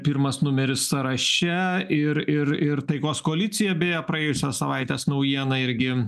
pirmas numeris sąraše ir ir ir taikos koalicija beje praėjusios savaitės naujiena irgi